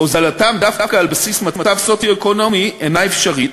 הוזלתם דווקא על בסיס מצב סוציו-אקונומי אינה אפשרית,